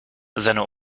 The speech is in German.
seine